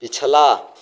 पिछला